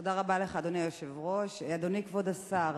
תודה רבה לך, אדוני היושב-ראש, אדוני כבוד השר,